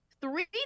three